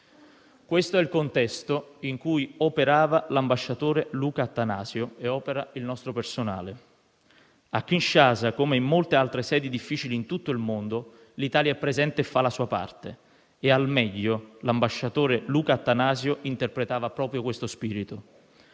Questo è il contesto in cui operava l'ambasciatore Luca Attanasio e opera il nostro personale. A Kinshasa, come in molte altre sedi difficili in tutto il mondo, l'Italia è presente e fa la sua parte e l'ambasciatore Luca Attanasio interpretava al meglio proprio questo spirito.